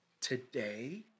today